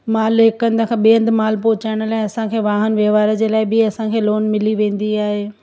माल हिक हंधि खां ॿिए हंधि माल पहुचाइण लाइ असांखे वाहन वहिंवार जे लाइ बि असांखे लोन मिली वेंदी आहे